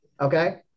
okay